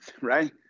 right